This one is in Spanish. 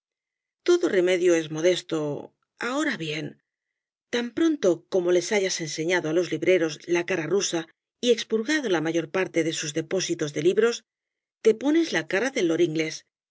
todo remedio es modesto ahora bien tan pronto como les hayas enseñado á los libreros la cara rusa y expurgado la mayor parte de sus depósitos de libros te pones la cara de lord inglés